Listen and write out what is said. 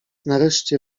nareszcie